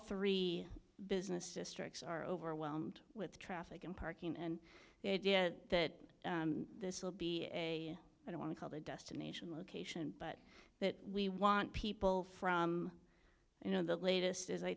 three business districts are overwhelmed with traffic and parking and it is that this will be a i don't want to call the destination location but that we want people from you know the latest is i